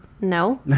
no